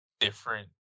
different